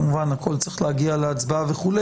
כמובן הכול צריך להגיע להצבעה וכו'.